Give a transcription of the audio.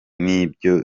ibyo